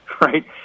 right